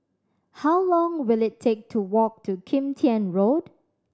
how long will it take to walk to Kim Tian Road